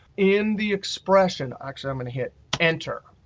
in the expression. actually i'm going to hit enter.